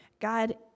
God